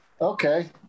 okay